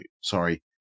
sorry